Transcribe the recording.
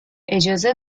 اجازه